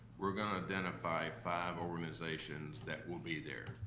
we're gonna identify five organizations that will be there,